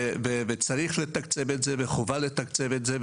צריך לתקצב את זה וחובה לתקצב את זה,